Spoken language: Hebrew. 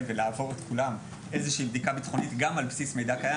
ולהעביר את כולם איזושהי בדיקה ביטחונית גם על בסיס מידע קיים.